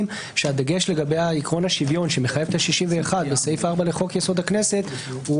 שהדגש על עיקרון השוויון שמחייב את ה-61 בסעיף 4 לחוק יסוד: הכנסת הוא